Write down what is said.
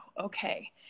Okay